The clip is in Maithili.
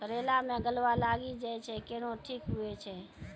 करेला मे गलवा लागी जे छ कैनो ठीक हुई छै?